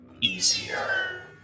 easier